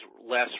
less